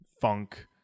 funk